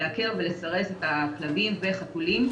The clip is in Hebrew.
לעקר ולסרס את הכלבים והחתולים.